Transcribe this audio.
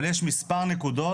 אבל יש מספר נקודות,